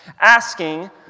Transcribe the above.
asking